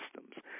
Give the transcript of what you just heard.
systems